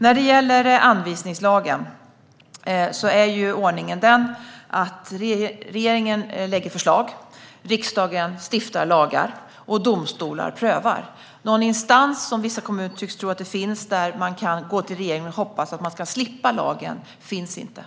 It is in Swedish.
När det gäller anvisningslagen är ju ordningen sådan att regeringen lägger fram förslag, riksdagen stiftar lagar och domstolar prövar. Det finns inte - som vissa kommuner tycks tro - någon instans som man kan vända sig till i hopp om att man ska slippa att följa lagen.